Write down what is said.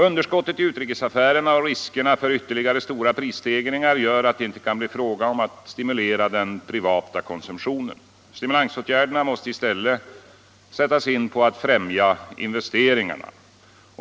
Underskottet i utrikesaffärerna och riskerna för ytterligare stora prisstegringar gör att det inte kan bli fråga om att stimulera den privata konsumtionen. Stimulansåtgärderna måste i stället ta sikte på att främja investeringarna.